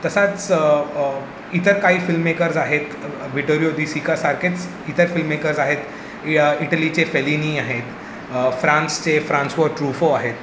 तसाच इतर काही फिल्ममेकर्स आहेत विटोरिओ दि सिकासारखेच इतर फिल्ममेकर्स आहेत की इटलीचे फेलिनी आहे फ्रान्सचे फ्रान्स व ट्रुफो आहेत